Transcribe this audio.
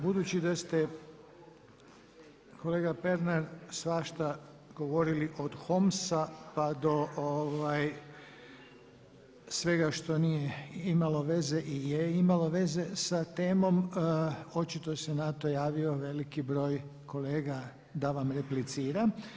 Budući da ste kolega Pernar svašta govorili od Homesa pa do svega što nije imalo veze i je imalo veze sa temom, očito se na to javio veliki broj kolega da vam replicira.